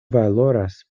valoras